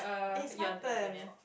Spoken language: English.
it's my turn